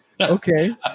Okay